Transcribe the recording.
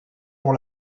pour